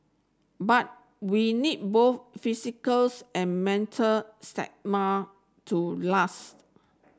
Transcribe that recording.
but we need both physicals and mental to last